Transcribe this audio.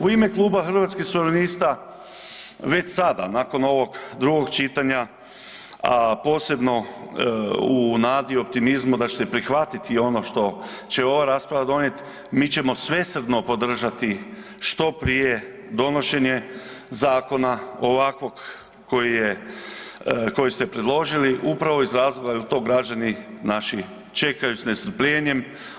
U ime Kluba Hrvatskih suverenista već sad nakon ovog drugog čitanja, a posebno u nadi, optimizmu da ćete prihvatiti i ono što će ova rasprava donijeti, mi ćemo svesrdno podržati što prije donošenje zakona ovakvog koji je, koji ste predložili, upravo iz razloga jer to građani naši čekaju s nestrpljenjem.